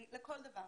לכל דבר.